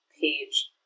page